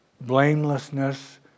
blamelessness